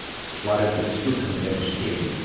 spluttered the skookum bench king.